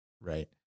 Right